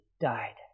died